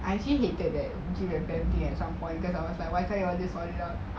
I actually hated that at some point cause I was like why can't you on this one